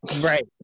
Right